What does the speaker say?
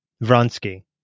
Vronsky